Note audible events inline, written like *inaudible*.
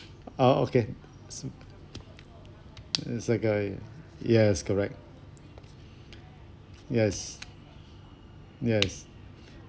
ah okay *noise* is a guy yes correct *breath* yes yes